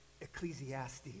Ecclesiastes